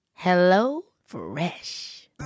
HelloFresh